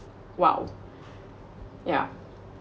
!wow! yeah